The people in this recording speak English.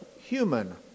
human